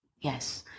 Yes